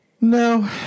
No